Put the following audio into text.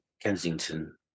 Kensington